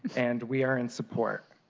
and we are in support.